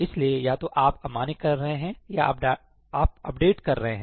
इसलिए या तो आप अमान्य कर रहे हैं या आप अपडेट कर रहे हैं